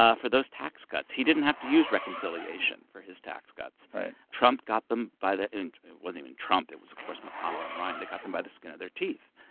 ah for those tax cuts. he didn't have to use reconciliation for his tax cuts trump got them by the. it wasn't even trump, it was, of course, mcconnell and ryan, they got them by the skin of their teeth.